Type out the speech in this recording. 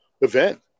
event